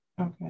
Okay